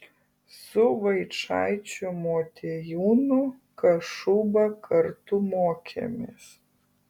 su vaičaičiu motiejūnu kašuba kartu mokėmės